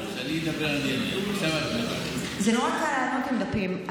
כשאני אדבר, אני אענה, זה נורא קל לענות עם דפים.